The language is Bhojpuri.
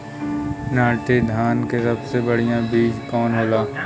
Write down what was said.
नाटी धान क सबसे बढ़िया बीज कवन होला?